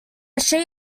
sheet